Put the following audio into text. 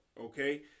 Okay